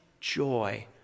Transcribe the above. joy